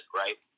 right